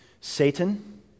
Satan